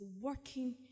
working